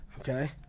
Okay